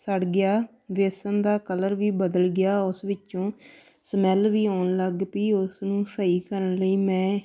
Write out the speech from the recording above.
ਸੜ ਗਿਆ ਬੇਸਣ ਦਾ ਕਲਰ ਵੀ ਬਦਲ ਗਿਆ ਉਸ ਵਿੱਚੋਂ ਸਮੈਲ ਵੀ ਆਉਣ ਲੱਗ ਪਈ ਉਸ ਨੂੰ ਸਹੀ ਕਰਨ ਲਈ ਮੈਂ